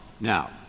Now